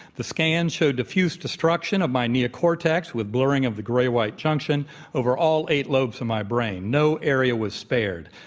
the scan showed diffuse destruction of my neocortex with blurring of the gray-white junction over all eight lobes of my brain. no area was spared.